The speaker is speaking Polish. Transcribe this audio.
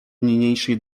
niniejszej